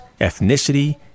ethnicity